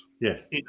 Yes